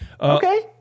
Okay